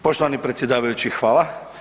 Poštovani predsjedavajući, hvala.